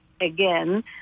again